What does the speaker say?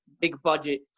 big-budget